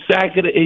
second